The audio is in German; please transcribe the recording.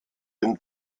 den